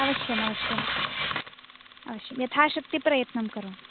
अवश्यम् अवश्यम् अवश्यम् यथा शक्ति प्रयत्नं करोमि